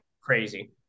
Crazy